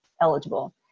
eligible